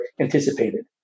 anticipated